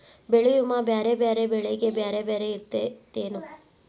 ಬೆಳೆ ವಿಮಾ ಬ್ಯಾರೆ ಬ್ಯಾರೆ ಬೆಳೆಗೆ ಬ್ಯಾರೆ ಬ್ಯಾರೆ ಇರ್ತೇತೆನು?